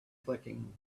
clicking